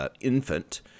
infant